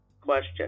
Question